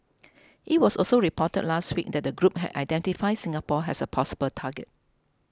it was also reported last week that the group had identified Singapore as a possible target